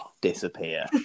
disappear